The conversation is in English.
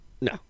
No